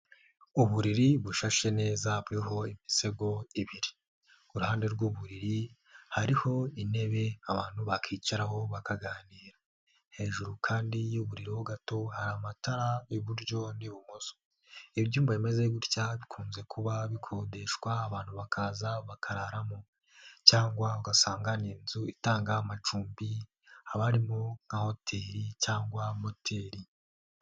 Uburiri bushashe neza buriho imisego ibiri. Ku ruhande rw'uburiri hariho intebe abantu bakicaraho bakaganira. Hejuru kandi y'uburiro ho gato hari amatara y'iburyo n'ibumoso. Ibi ibyumba bimeze gutya bikunze kuba bikodeshwa abantu bakaza bakararamo cyangwa ugasanga ni inzu itanga amacumbi, haba harimo nka hoteli cyangwa moteri.